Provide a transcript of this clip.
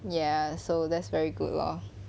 ya so that's very good lor